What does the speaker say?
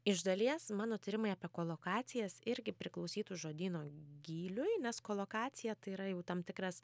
iš dalies mano tyrimai apie kolokacijas irgi priklausytų žodyno gyliui nes kolokacija tai yra jau tam tikras